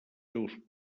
seus